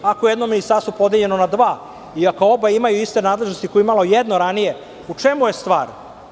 Ako je jedno ministarstvo podeljeno na dva i ako oba imaju iste nadležnosti koje je imalo jedno ranije, u čemu je stvar?